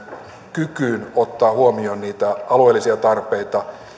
kykyyn ottaa huomioon niitä alueellisia tarpeita